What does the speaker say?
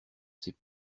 ses